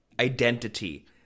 identity